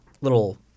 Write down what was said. Little